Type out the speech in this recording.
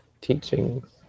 teachings